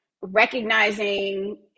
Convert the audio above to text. recognizing